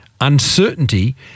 uncertainty